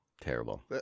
Terrible